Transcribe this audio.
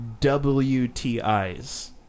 WTIs